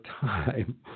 time